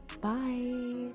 Bye